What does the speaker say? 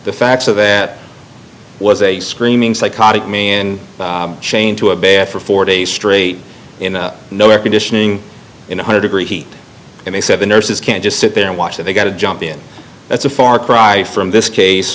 the facts of that was a screaming psychotic me and chained to a bath for four days straight in no air conditioning in one hundred degree heat and they said the nurses can't just sit there and watch they got to jump in that's a far cry from this case